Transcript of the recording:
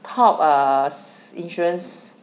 top err insurances